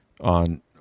on